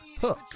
hook